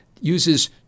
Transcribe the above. uses